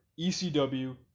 ECW